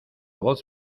voz